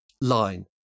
line